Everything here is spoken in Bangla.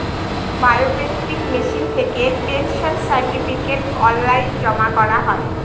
বায়মেট্রিক মেশিন থেকে পেনশন সার্টিফিকেট অনলাইন জমা করা হয়